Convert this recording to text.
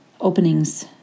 openings